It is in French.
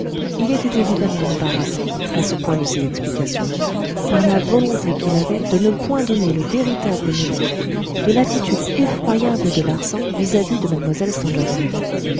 il était évidemment embarrassé à ce point de ses explications par la volonté qu'il avait de ne point donner le véritable motif de l'attitude effroyable de larsan vis-à-vis de